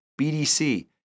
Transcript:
BDC